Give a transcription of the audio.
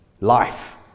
life